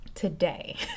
Today